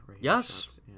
Yes